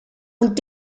und